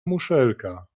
muszelka